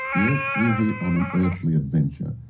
yeah we're here on an earthly adventure.